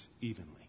evenly